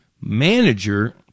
manager